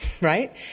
right